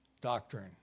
doctrine